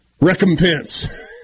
recompense